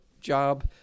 job